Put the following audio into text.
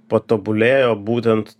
patobulėjo būtent